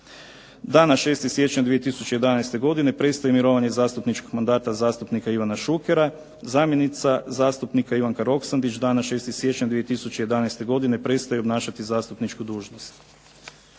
Dana 6. siječnja 2011. godine prestaje mirovanje zastupničkog mandata zastupnika Ivana Šukera, zamjenica zastupnika Ivanka Roksandić dana 6. siječnja 2011. godine prestaje obnašati zastupničku dužnost.